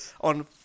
on